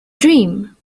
dream